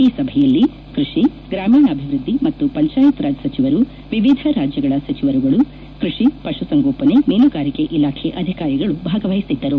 ಈ ಸಭೆಯಲ್ಲಿ ಕೃಷಿ ಗ್ರಾಮೀಣಾಭಿವೃದ್ಧಿ ಮತ್ತು ಪಂಚಾಯತ್ ರಾಜ್ ಸಚಿವರು ವಿವಿಧ ರಾಜ್ಯಗಳ ಸಚಿವರುಗಳು ಕೃಷಿ ಪಶುಸಂಗೋಪನೆ ಮೀನುಗಾರಿಕೆ ಇಲಾಖೆ ಅಧಿಕಾರಿಗಳು ಭಾಗವಹಿಸಿದ್ದರು